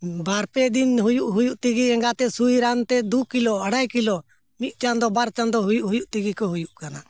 ᱵᱟᱨᱯᱮ ᱫᱤᱱ ᱦᱩᱭᱩᱜ ᱦᱩᱭᱩᱜ ᱛᱮᱜᱮ ᱮᱸᱜᱟᱛᱮ ᱥᱩᱭ ᱨᱟᱱᱛᱮ ᱫᱩ ᱠᱤᱞᱳ ᱟᱲᱟᱭ ᱠᱤᱞᱳ ᱢᱤᱫ ᱪᱟᱸᱫᱳ ᱵᱟᱨ ᱪᱟᱸᱫᱚ ᱦᱩᱭᱩᱜ ᱦᱩᱭᱩᱜ ᱛᱮᱜᱮ ᱠᱚ ᱦᱩᱭᱩᱜ ᱠᱟᱱᱟ